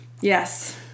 Yes